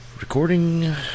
Recording